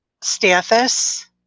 Stathis